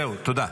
זהו, תודה.